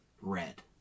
red